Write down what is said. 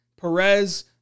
Perez